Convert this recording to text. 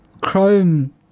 chrome